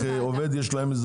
עובד.